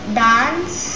dance